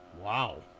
Wow